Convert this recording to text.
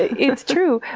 it's true.